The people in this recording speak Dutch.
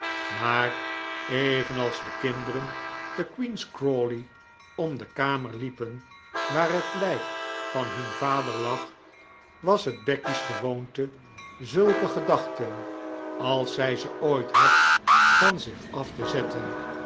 maar evenals de kinderen te queen's crawley om de kamer liepen waar het lijk van hun vader lag was het becky's gewoonte zulke gedachten als zij ze ooit had van zich af te zetten